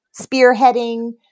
spearheading